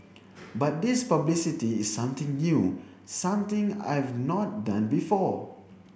but this publicity is something new something I've not done before